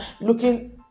looking